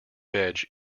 veg